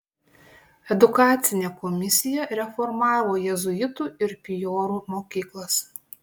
edukacinė komisija reformavo jėzuitų ir pijorų mokyklas